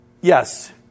Yes